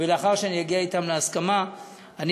ולאחר שאגיע להסכמה אתם,